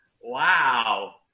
wow